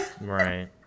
right